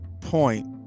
point